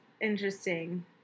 interesting